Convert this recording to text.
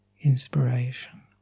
inspiration